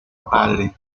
padre